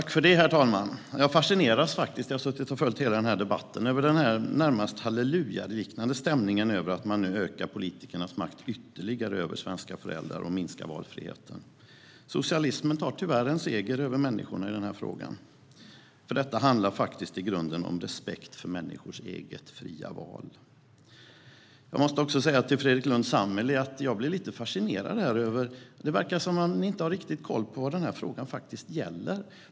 Herr talman! Jag har följt hela debatten, och jag fascineras över den närmast hallelujaliknande stämningen över att politikernas makt ökas ytterligare över svenska föräldrar och att deras valfrihet minskas. Socialismen tar tyvärr en seger över människorna i frågan. Detta handlar i grunden om respekt för människors eget fria val. Jag blev fascinerad över Fredrik Lundh Sammeli. Det verkade som att han inte riktigt hade koll på vad frågan gäller.